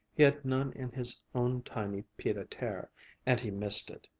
he had none in his own tiny pied-a-terre and he missed it.